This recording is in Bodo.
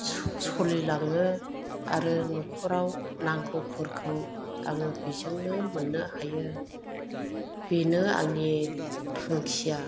सोलिलाङो आरो न'खराव नांगौफोरखौ आङो बेजोंनो मोननो हायो बेनो आंनि थांखिया